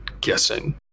guessing